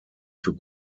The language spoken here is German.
für